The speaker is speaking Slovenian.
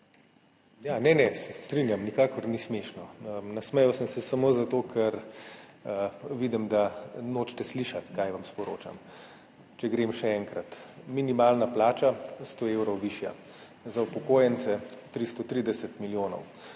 Ne, strinjam se, nikakor ni smešno. Nasmejal sem se samo zato, ker vidim, da nočete slišati, kaj vam sporočam. Če povem še enkrat. Minimalna plača je 100 evrov višja, za upokojence 330 milijonov.